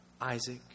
Isaac